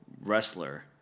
wrestler